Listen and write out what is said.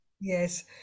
Yes